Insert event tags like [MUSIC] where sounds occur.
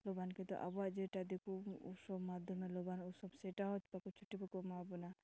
ᱞᱚᱵᱟᱱ ᱠᱤᱱᱛᱩ ᱟᱵᱚᱣᱟᱜ ᱡᱮᱴᱟ ᱫᱤᱠᱩ ᱩᱥᱩᱵ ᱢᱟᱫᱽᱫᱷᱚᱢᱤᱠ ᱞᱚᱵᱟᱱ [UNINTELLIGIBLE] ᱥᱮᱴᱟᱣ ᱦᱚᱸ ᱵᱟᱠᱚ ᱪᱷᱩᱴᱤ ᱵᱟᱠᱚ ᱮᱢᱟ ᱵᱚᱱᱟ